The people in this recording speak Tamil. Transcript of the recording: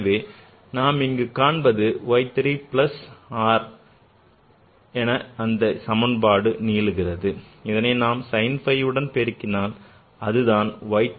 எனவே நாம் இங்கு காண்பது Y 3 plus or இதனை நாம் sin phi உடன் பெருக்கினால் அதுதான் Y 3 minus 1 ஆகும்